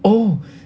oh